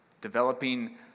developing